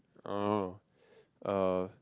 oh uh